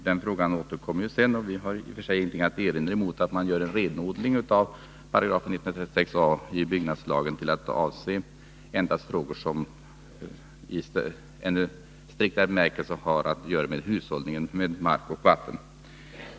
Den frågan återkommer sedan, och vi har i och för sig ingenting att erinra mot att man gör en renodling av 136 a § byggnadslagen till att avse frågor som i en striktare bemärkelse har att göra med hushållningen med mark och vatten.